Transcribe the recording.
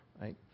right